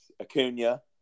Acuna